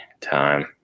time